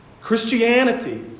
Christianity